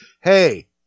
hey